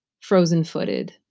frozen-footed